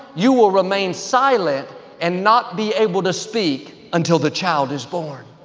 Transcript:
you will remain silent and not be able to speak until the child is born.